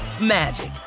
magic